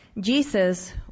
Jesus